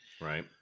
right